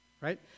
Right